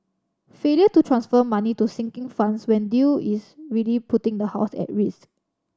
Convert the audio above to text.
failure to transfer money to sinking funds when due is really putting the house at risk